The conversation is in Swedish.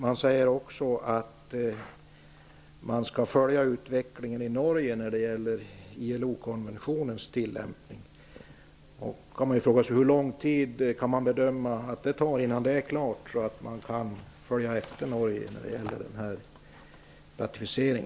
Det sägs också att att man vad gäller ILO konventionens tillämpning skall följa utvecklingen i Norge. Hur lång tid bedömer man att det tar innan det är klart så att man kan följa efter med en ratificering?